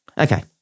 Okay